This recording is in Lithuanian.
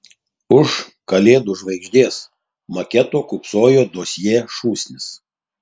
už kalėdų žvaigždės maketo kūpsojo dosjė šūsnis